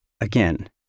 Again